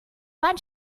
wand